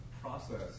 process